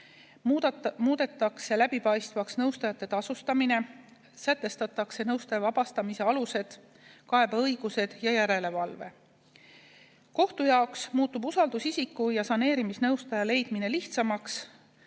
muudetakse läbipaistvaks nõustajate tasustamine, sätestatakse nõustaja vabastamise alused, kaebeõigused ja järelevalve. Kohtu jaoks muutub usaldusisiku ja saneerimisnõustaja leidmine lihtsamaks.